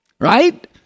right